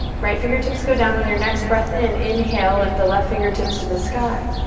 right fingertips go down on your next breath in. inhale, lift the left fingertips to the sky.